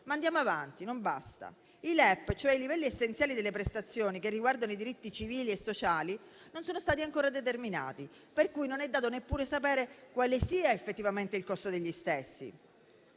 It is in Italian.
sia fatta male, ma non basta: i livelli essenziali delle prestazioni, che riguardano i diritti civili e sociali, non sono stati ancora determinati, per cui non è dato neppure sapere quale sia effettivamente il loro costo.